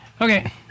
Okay